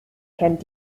kennt